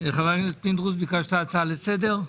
חבר הכנסת פינדרוס, ביקשת הצעה לסדר.